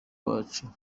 wacu